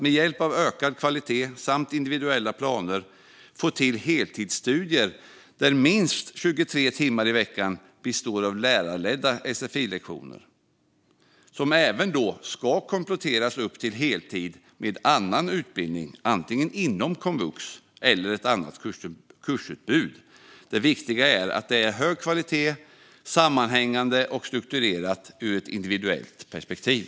Med hjälp av ökad kvalitet samt individuella planer ska man få till heltidsstudier där minst 23 timmar i veckan består av lärarledda sfi-lektioner. Det ska även kompletteras upp till heltid med annan utbildning inom antingen komvux eller ett annat kursutbud. Det viktiga är att det är hög kvalitet och sammanhängande och strukturerat ur ett individuellt perspektiv.